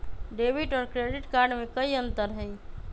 Debit और credit card में कई अंतर हई?